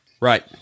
Right